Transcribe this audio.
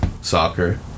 soccer